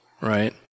Right